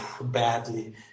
Badly